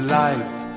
life